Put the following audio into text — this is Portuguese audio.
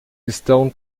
estão